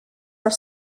are